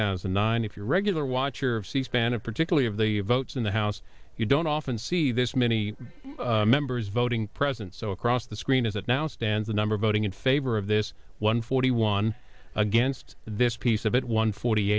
thousand and nine if you're a regular watcher of c span and particularly of the votes in the house you don't often see this many members voting present so across the screen as it now stands number voting in favor of this one forty one against this piece of it one forty